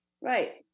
Right